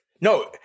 no